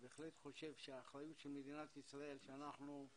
בהחלט חושב שהאחריות של מדינת ישראל שאנחנו,